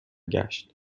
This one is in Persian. گشت